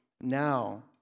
now